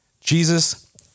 Jesus